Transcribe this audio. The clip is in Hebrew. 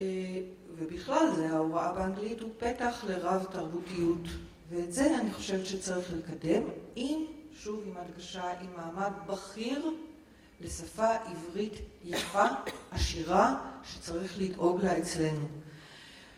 ובכלל זה ההוראה באנגלית הוא פתח לרב תרבותיות ואת זה אני חושבת שצריך לקדם עם, שוב עם הדגשה, עם מעמד בכיר לשפה עברית יפה, עשירה, שצריך לדאוג לה אצלנו